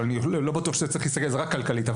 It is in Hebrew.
אבל אני לא בטוח שצריך להסתכל על זה רק כלכלית,